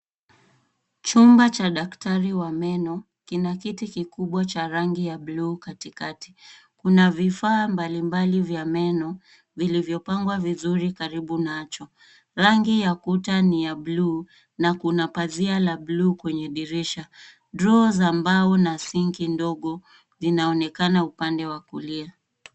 Chumba cha daktari wa meno, kina kiti kikubwa cha rangi ya bluu katikati. Kuna vifaa mbalimbali vya meno vilivyopangwa vizuri karibu nacho. Rangi ya kuta ni ya bluu na kuna pazia la bluu kwenye dirisha. Droo za mbao na sinki ndogo zinaonekana upande wa kulia.